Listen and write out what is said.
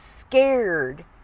scared